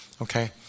okay